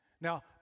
Now